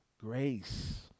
grace